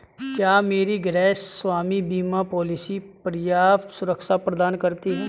क्या मेरी गृहस्वामी बीमा पॉलिसी पर्याप्त सुरक्षा प्रदान करती है?